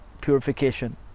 purification